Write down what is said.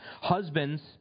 Husbands